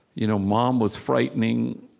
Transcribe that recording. you know mom was frightening,